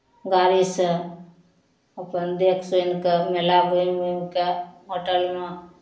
गाड़ीसँ अपन देखि सुनि कऽ मेला घुमि उमि कऽ होटलमे